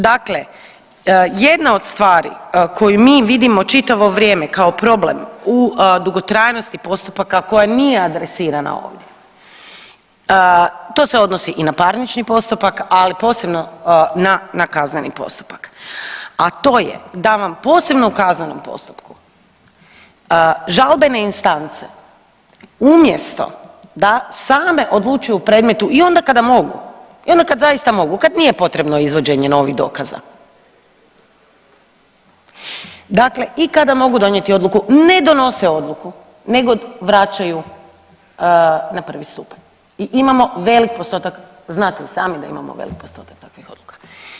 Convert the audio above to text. Dakle, jedna od stvari koju mi vidimo čitavo vrijeme kao problem u dugotrajnosti postupaka koje nije adresirana ovdje, to se odnosi i na parnični postupak, ali posebno na kazneni postupak, a to je da vam posebno u kaznenom postupku žalbene instance umjesto da same odlučuju o predmetu i onda kada mogu i onda kada zaista mogu, kad nije potrebno izvođenje novih dokaza dakle i kada mogu donijeti odluku ne donose odluku nego vraćaju na prvi stupanja i imamo veliki postotak znate i sami da imamo velik postotak takvih odluka.